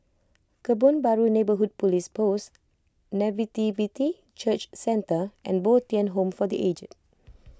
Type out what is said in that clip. Kebun Baru Neighbourhood Police Post Nativity Church Centre and Bo Tien Home for the Aged